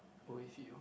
with you